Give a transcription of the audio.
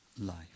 life